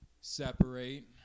separate